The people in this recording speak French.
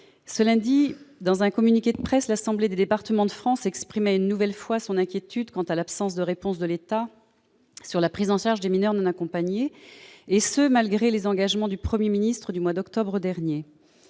ce lundi, dans un communiqué de presse, l'Assemblée des départements de France exprimait, une nouvelle fois, son inquiétude quant à l'absence de réponse de l'État sur la prise en charge des mineurs non accompagnés, et ce malgré les engagements du Premier ministre du mois d'octobre dernier.